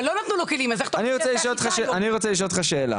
אבל לא נתנו לו כלים אז איך אתה רוצה --- אני רוצה לשאול אותך שאלה,